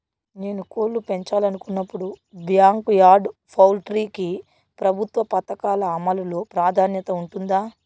నేను కోళ్ళు పెంచాలనుకున్నపుడు, బ్యాంకు యార్డ్ పౌల్ట్రీ కి ప్రభుత్వ పథకాల అమలు లో ప్రాధాన్యత ఉంటుందా?